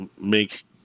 make